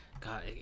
God